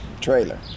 Trailer